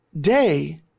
day